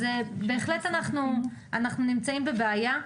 אנחנו נמצאים בבעיה.